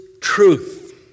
truth